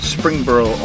Springboro